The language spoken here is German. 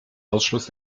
ausschluss